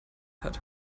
hat